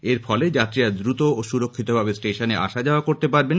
এর ফলে যাত্রীরা দ্রুত ও সুরিক্ষিতভাবে স্টেশনে আসা যাওয়া করতে পারবেন